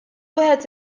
wieħed